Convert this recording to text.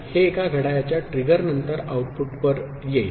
हे एका घड्याळाच्या ट्रिगर नंतर आउटपुटवर येईल